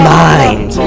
mind